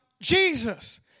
Jesus